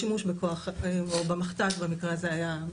השימוש בכוח או במכת"ז במקרה הזה היה ראוי.